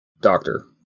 Doctor